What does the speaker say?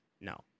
no